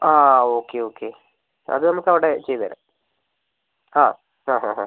ആ okay okay അത് നമുക്ക് അവിടെ ചെയ്ത് തരാം ആ ആ ഹാ ഹാ